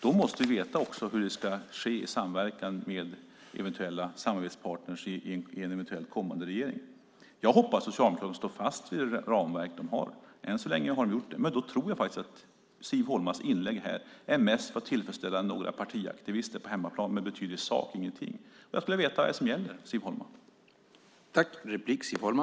Då måste ni också veta hur det ska ske i samverkan med eventuella samarbetspartner i en eventuellt kommande regering. Jag hoppas att Socialdemokraterna står fast vid sitt ramverk - än så länge har de gjort det - men då tror jag faktiskt att Siv Holmas inlägg här mest är till för att tillfredsställa några partiaktivister på hemmaplan men att det i sak inte betyder någonting. Jag skulle vilja veta vad det är som gäller, Siv Holma.